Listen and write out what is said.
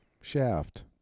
Shaft